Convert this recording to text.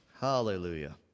Hallelujah